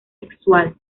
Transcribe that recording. sexual